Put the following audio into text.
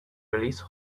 release